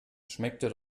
schmeckte